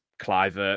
Clive